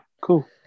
cool